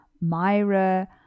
Myra